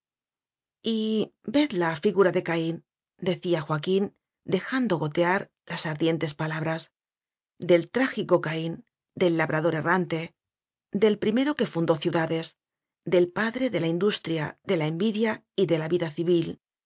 ved la figura de caíndecía joaquín dejando gotear las ardientes palabras del trágico caín del labrador errante del pri mero qiie fundó ciudades del padre de la in dustria de la envidia y de la vida